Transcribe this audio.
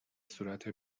صورت